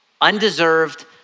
Undeserved